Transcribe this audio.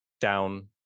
down